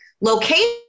location